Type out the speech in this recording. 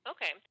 Okay